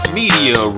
media